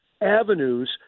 avenues